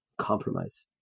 compromise